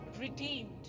redeemed